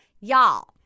Y'all